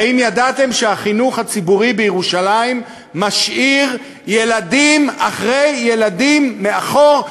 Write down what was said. האם ידעתם שהחינוך הציבורי בירושלים משאיר ילדים אחרי ילדים מאחור,